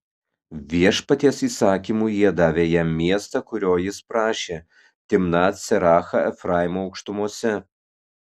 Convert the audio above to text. viešpaties įsakymu jie davė jam miestą kurio jis prašė timnat serachą efraimo aukštumose